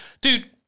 dude